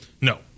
No